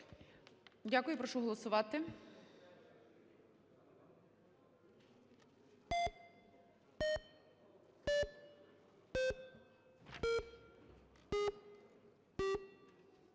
Дякую. І прошу голосувати.